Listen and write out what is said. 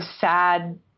sad